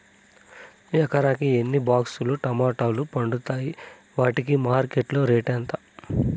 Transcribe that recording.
ఎకరాకి ఎన్ని బాక్స్ లు టమోటాలు పండుతాయి వాటికి మార్కెట్లో రేటు ఎంత?